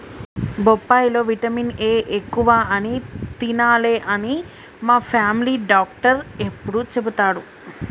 బొప్పాయి లో vitamin A ఎక్కువ అని తినాలే అని మా ఫామిలీ డాక్టర్ ఎప్పుడు చెపుతాడు